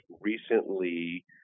recently